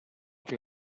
fer